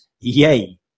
yay